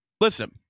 listen